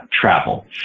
travel